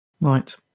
right